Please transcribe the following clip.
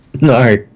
No